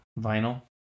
Vinyl